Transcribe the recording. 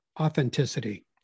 authenticity